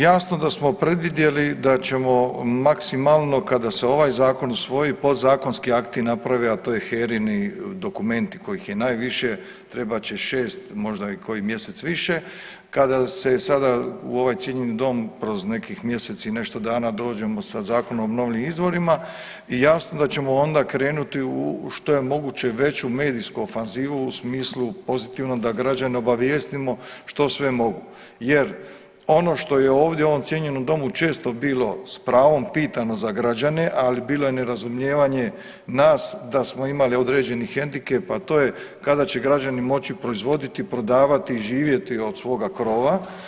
Jasno da s smo predvidjeli da ćemo maksimalno kada se ovaj zakon usvoji, podzakonski akti naprave, a to je HERINI dokumenti kojih je najviše trebat će 6 možda i koji mjesec više, kada se sada u ovaj cijenjeni dom kroz nekih mjesec i nešto dana dođemo sa Zakonom o obnovljivim izvorima i jasno je da ćemo onda krenuti u što je moguće veću medijsku ofanzivu u smislu pozitivnom da građane obavijestimo što sve mogu jer ono što je ovdje u ovom cijenjenom domu često bilo s pravom pitano za građane, ali bilo je nerazumijevanje nas da smo imali određeni hendikep, a to je kada će građani moći proizvoditi, prodavati i živjeti od toga krova.